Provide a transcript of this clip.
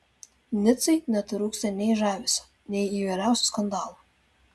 nicai netrūksta nei žavesio nei įvairiausių skandalų